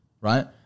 right